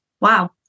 Wow